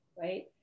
right